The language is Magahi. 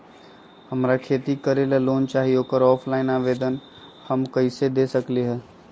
हमरा खेती करेला लोन चाहि ओकर ऑफलाइन आवेदन हम कईसे दे सकलि ह?